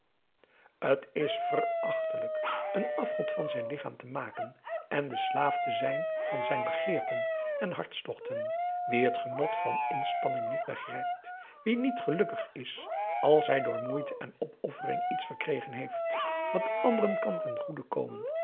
t is verachtelijk een afgod van zijn lichaam te maken en de slaaf te zijn van zijn begeerten en hartstochten wie het genot van inspanning niet begrijpt wie niet gelukkig is als hij door moeite en opoffering iets verkregen heeft wat anderen kan ten goede komen